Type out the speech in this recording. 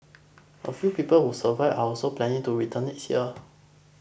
a few pupil who survived are also planning to return next year